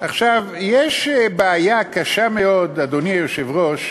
עכשיו, יש בעיה קשה מאוד, אדוני היושב-ראש,